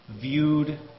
viewed